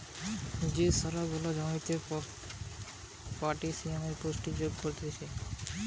যে সার গুলা জমিতে পটাসিয়ামের পুষ্টি যোগ কোরছে